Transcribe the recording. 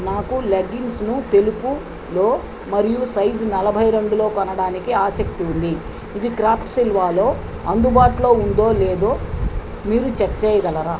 నాకు లెగ్గింగ్స్ను తెలుపులో మరియు సైజ్ నలభై రెండులో కొనడానికి ఆసక్తి ఉంది ఇది క్రాప్ట్సిల్లాలో అందుబాటులో ఉందో లేదో మీరు చెక్ చేయగలరా